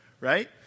right